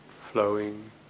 flowing